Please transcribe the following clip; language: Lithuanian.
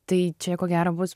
tai čia ko gero bus